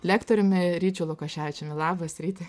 lektoriumi ryčiu lukaševičiumi labas ryti